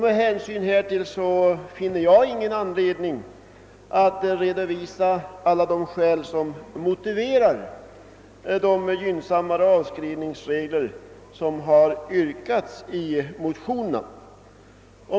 Med hänsyn härtill finner jag ingen anledning att redovisa alla de skäl som motiverar de gynnsammare avskrivningsregler som har yrkats i motionerna.